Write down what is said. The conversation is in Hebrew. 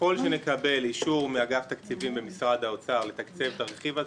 ככל שנקבל אישור מאגף תקציבים במשרד האוצר לתקצב את הרכיב הזה,